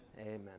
Amen